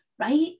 right